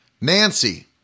Nancy